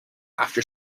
after